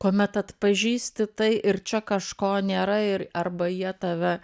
kuomet atpažįsti tai ir čia kažko nėra ir arba jie tave